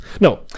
No